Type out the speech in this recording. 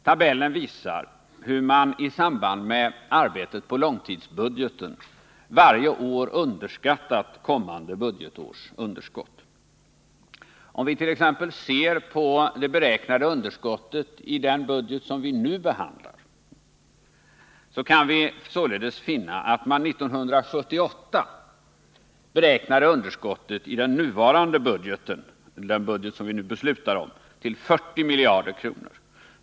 Tabellen visar hur man i samband med arbetet på långtidsbudgeten varje år underskattat kommande budgetårs underskott. Om vi t.ex. ser på det beräknade underskottet i budgeten för 1980/81 kan vi således finna att man 1978 beräknade underskottet i denna budget till 40 miljarder kronor.